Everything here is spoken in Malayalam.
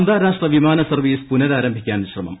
അന്താരാഷ്ട്ര വിമാന സർവ്വീസ് പൂനഃരാരംഭിക്കാൻ ശ്രമം